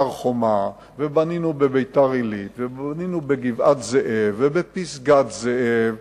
וכך בנינו בהר-חומה ובנינו בביתר-עילית ובנינו בגבעת-זאב ובפסגת-זאב,